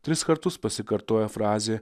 tris kartus pasikartoja frazė